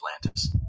Atlantis